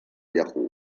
yahoo